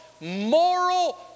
moral